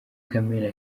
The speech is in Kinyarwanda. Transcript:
kamena